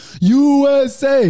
USA